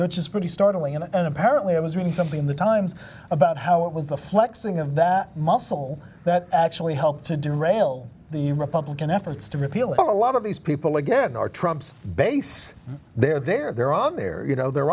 which is pretty startling and apparently i was reading something in the times about how it was the flexing of that muscle that actually helped to derail the republican efforts to repeal a lot of these people again or trump's base their their their on their you know the